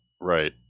right